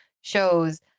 shows